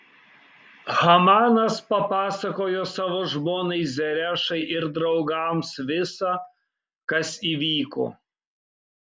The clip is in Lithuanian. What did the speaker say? hamanas papasakojo savo žmonai zerešai ir draugams visa kas įvyko